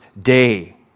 day